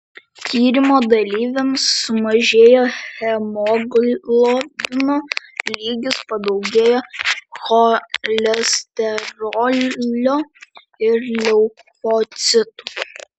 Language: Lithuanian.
tyrimo dalyviams sumažėjo hemoglobino lygis padaugėjo cholesterolio ir leukocitų